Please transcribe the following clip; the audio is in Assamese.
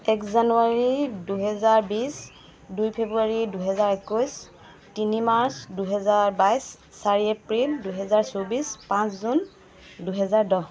এক জানুৱাৰী দুহেজাৰ বিছ দুই ফেব্ৰুৱাৰী দুহেজাৰ একৈছ তিনি মাৰ্চ দুহেজাৰ বাইছ চাৰি এপ্ৰিল দুহেজাৰ চৌবিছ পাঁচ জুন দুহেজাৰ দহ